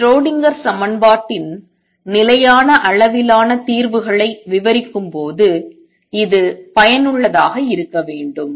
Schrodinger சமன்பாட்டின் நிலையான அளவிலான தீர்வுகளை விவரிக்கும்போது இது பயனுள்ளதாக இருக்க வேண்டும்